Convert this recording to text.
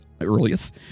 earliest